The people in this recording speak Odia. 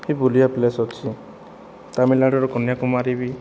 ବି ବୁଲିବା ପ୍ଲେସ୍ ଅଛି ତାମିଲନାଡ଼ୁର କନ୍ୟାକୁମାରୀ ବି